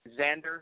Xander